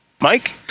Mike